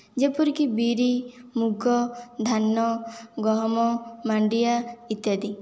ଯେପରିକି ବିରି ମୁଗ ଧାନ ଗହମ ମାଣ୍ଡିଆ ଇତ୍ୟାଦି